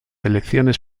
elecciones